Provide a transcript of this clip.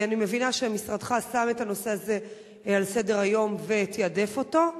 אני מבינה שמשרדך שם את הנושא הזה על סדר-היום ותעדף אותו.